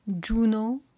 Juno